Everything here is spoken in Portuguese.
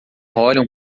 olham